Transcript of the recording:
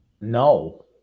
No